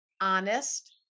honest